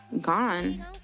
gone